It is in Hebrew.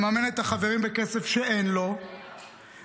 מממן את החברים בכסף שאין לו ומדרדר